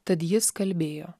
tad jis kalbėjo